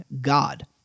God